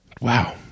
Wow